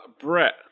Brett